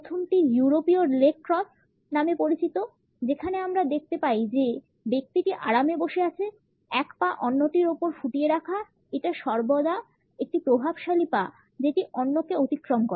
প্রথমটি ইউরোপীয় leg cross নামে পরিচিত যেখানে আমরা দেখতে পাই যে ব্যক্তিটি আরামে বসে আছে এক পা অন্যটির উপর ফুটিয়ে রাখা এটি সর্বদা একটি প্রভাবশালী পা যেটি অন্যকে অতিক্রম করে